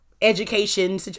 education